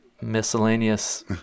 miscellaneous